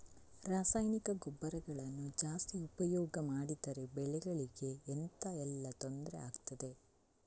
ರಾಸಾಯನಿಕ ಗೊಬ್ಬರಗಳನ್ನು ಜಾಸ್ತಿ ಉಪಯೋಗ ಮಾಡಿದರೆ ಬೆಳೆಗಳಿಗೆ ಎಂತ ಎಲ್ಲಾ ತೊಂದ್ರೆ ಆಗ್ತದೆ?